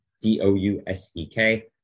D-O-U-S-E-K